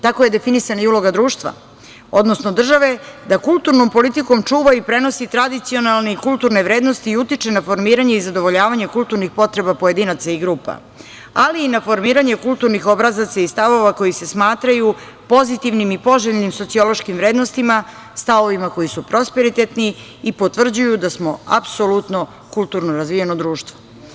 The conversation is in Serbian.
Tako je definisana i uloga društva, odnosno države da kulturnom politikom čuva i prenosi tradicionalne i kulturne vrednosti i utiče na formiranje i zadovoljavanje kulturnih potreba pojedinaca i grupa, ali i na formiranje kulturnih obrazaca i stavova koji se smatraju pozitivnim i poželjnim sociološkim vrednostima, stavovima koji su prosperitetni i potvrđuju da smo apsolutno kulturno razvijeno društvo.